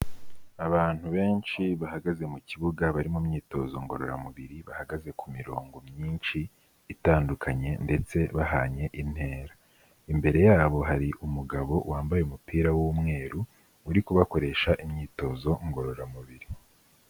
Abantu benshi bahagaze mu kibuga bari mu myitozo ngororamubiri, bahagaze ku mirongo myinshi itandukanye ndetse bahanye intera, imbere yabo hari umugabo wambaye umupira w'umweru uri kubakoresha imyitozo ngororamubiri.